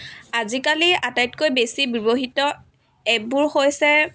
আজিকালি আটাইতকৈ বেছি ব্যৱহৃত এপবোৰ হৈছে